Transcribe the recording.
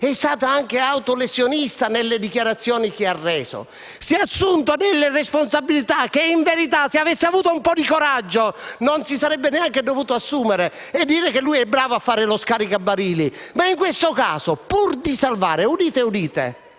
è stato anche autolesionista nelle dichiarazioni che ha reso: si è assunto delle responsabilità che in verità, se avesse avuto un po' di coraggio, non si sarebbe neanche dovuto assumere. E dire che lui è bravo a fare lo scaricabarili e, ma in questo caso non lo ha fatto, pur di salvare - udite, udite